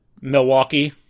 Milwaukee